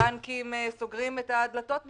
הבנקים סוגרים את הדלתות בפניהם,